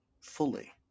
fully